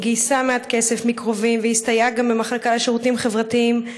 היא גייסה מעט כסף מקרובים והסתייעה גם במחלקה לשירותים חברתיים.